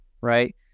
right